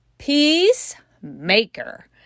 Peacemaker